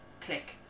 click